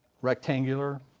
rectangular